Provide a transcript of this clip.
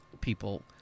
people